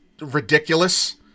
ridiculous